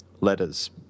letters